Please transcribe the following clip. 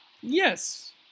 Yes